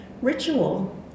Ritual